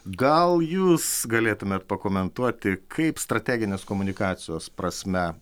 gal jūs galėtumėt pakomentuoti kaip strateginės komunikacijos prasme